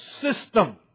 system